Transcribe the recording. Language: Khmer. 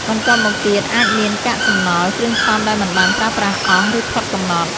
បន្ទាប់មកទៀត អាចមាន កាកសំណល់ គ្រឿងផ្សំដែលមិនបានប្រើប្រាស់អស់ ឬផុតកំណត់។